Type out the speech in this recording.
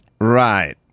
Right